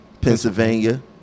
Pennsylvania